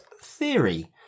theory